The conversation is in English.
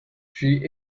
she